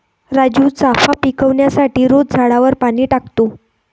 राजू चाफा पिकवण्यासाठी रोज झाडावर पाणी टाकतो